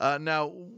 Now